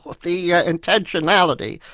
but the yeah intentionality.